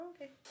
okay